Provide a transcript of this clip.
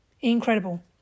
incredible